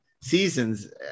seasons